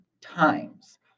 times